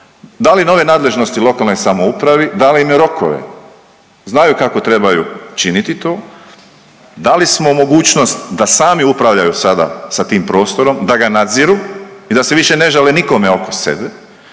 dali nove nadležnosti lokalnoj samoupravi, dali im rokove, znaju kako trebaju činiti to, dali smo mogućnost da sami upravljaju sada sa tim prostorom, da ga nadziru i da se više ne žale nikome oko sebe